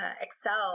Excel